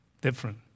Different